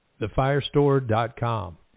TheFireStore.com